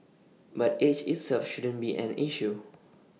but age itself shouldn't be an issue